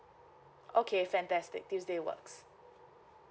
okay fantastic tuesday works